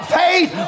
faith